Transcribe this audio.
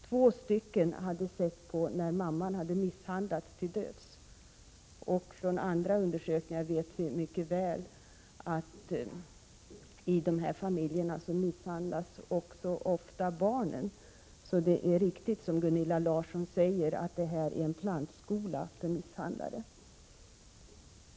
Två barn hade sett när mamman hade misshandlats till döds. Från andra undersökningar vet vi mycket väl att i sådana här familjer misshandlas också barnen ofta. Det är riktigt som Gunilla Larsson säger att dessa familjer blir en plantskola för misshandlare.